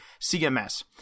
CMS